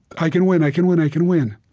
i can win. i can win. i can win.